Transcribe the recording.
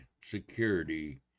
security